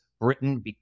Britain